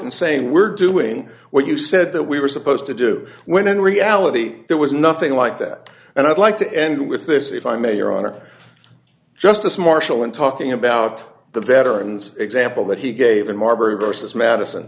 and saying we're doing what you said that we were supposed to do when in reality there was nothing like that and i'd like to end with this if i may your honor justice marshall in talking about the veteran's example that he gave in marbury vs madison